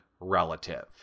relative